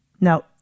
Now